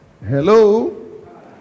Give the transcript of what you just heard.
Hello